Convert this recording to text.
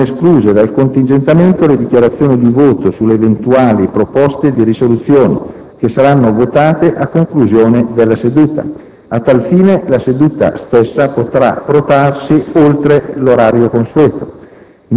Sono escluse dal contingentamento le dichiarazioni di voto sulle eventuali proposte di risoluzione che saranno votate a conclusione della seduta. A tal fine, la seduta stessa potrà protrarsi oltre l'orario consueto.